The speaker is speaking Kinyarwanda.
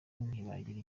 ntibagira